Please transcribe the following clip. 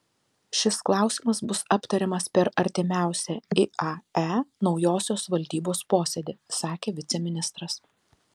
šis klausimas bus aptariamas per artimiausią iae naujosios valdybos posėdį sakė viceministras